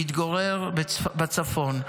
מתגורר בצפון.